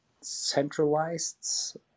centralized